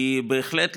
כי בהחלט,